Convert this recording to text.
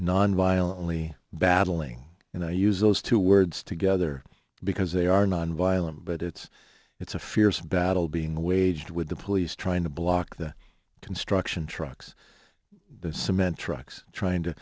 nonviolently battling and i use those two words together because they are nonviolent but it's it's a fierce battle being waged with the police trying to block the construction trucks of cement trucks trying to